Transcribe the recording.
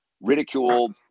ridiculed